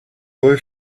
boy